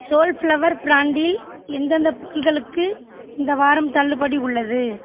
Soulflower பிராண்டில் எந்தெந்த பொருட்களுக்கு இந்த வாரம் தள்ளுபடி உள்ளது